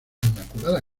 inmaculada